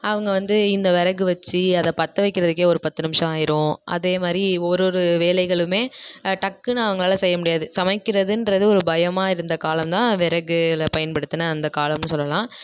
அவங்க வந்து இந்த விறகு வச்சு அதை பற்ற வைக்கிறதுக்கே ஒரு பத்து நிமிஷம் ஆகிரும் அதே மாதிரி ஒரு ஒரு வேலைகளுமே டக்குன்னு அவங்களால் செய்ய முடியாது சமைக்கிறதுகிறது ஒரு பயமாக இருந்த காலம்தான் விறகுகளை பயன்படுத்தின அந்த காலம்னு சொல்லலாம்